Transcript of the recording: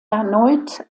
erneut